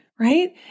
Right